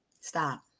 Stop